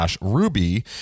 ruby